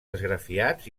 esgrafiats